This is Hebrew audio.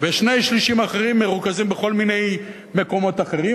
ושני-שלישים אחרים מרוכזים בכל מיני מקומות אחרים.